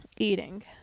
eating